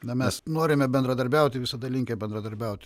na mes norime bendradarbiauti visada linkę bendradarbiaut